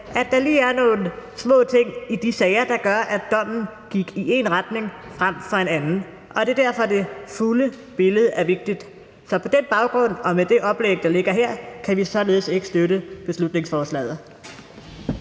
at der lige er nogle små ting i de sager, der gør, at dommen er gået i én retning frem for en anden. Det er derfor, det fulde billede er vigtigt. På den baggrund og med det oplæg, der ligger her, kan vi således ikke støtte beslutningsforslaget.